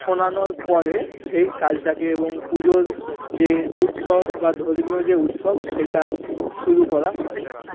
শোনানোর পরে সেই কাজটাকে এবং পুজোর যে উৎসব বা ধর্মীয় যে উৎসব সেটা শুরু করা হয়